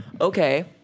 Okay